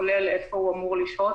כולל איפה הוא אמור לשהות,